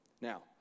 Now